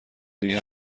دیگه